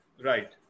Right